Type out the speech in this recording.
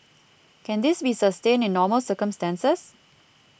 can this be sustained in normal circumstances